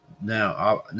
now